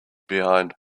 behind